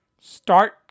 start